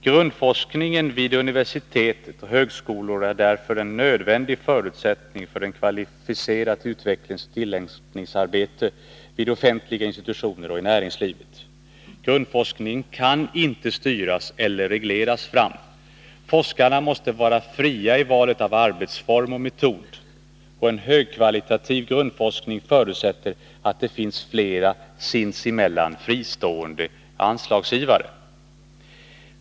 Grundforskningen vid universitet och högskolor är en nödvändig förutsättning för ett kvalificerat utvecklingsoch tillämpningsarbete vid offentliga institutioner och i näringslivet. Grundforskningen kan inte styras eller regleras fram. Forskarna måste vara fria i valet av arbetsform och metod. En högkvalitativ grundforskning förutsätter att det finns flera, sinsemellan fristående, anslagsgivare.